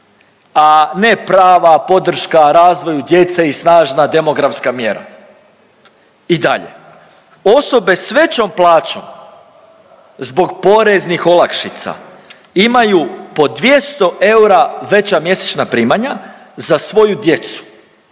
a ne prava podrška razvoju djece i snažna demografska mjera. I dalje osobe s većom plaćom zbog poreznih olakšica imaju po 200 eura veća mjesečna primanja za svoju djecu